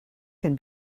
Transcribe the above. can